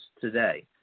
today